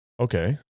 Okay